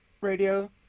radio